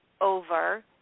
over